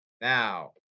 Now